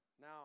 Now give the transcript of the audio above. Now